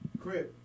crib